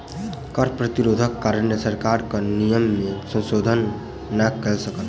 कर प्रतिरोधक कारणेँ सरकार कर नियम में संशोधन नै कय सकल